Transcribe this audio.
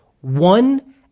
one